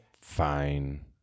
fine